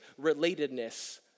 relatedness